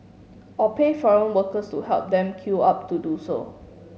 or pay foreign workers to help them queue up to do so